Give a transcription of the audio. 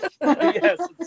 Yes